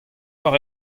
war